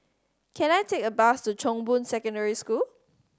can I take a bus to Chong Boon Secondary School